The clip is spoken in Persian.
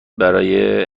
برای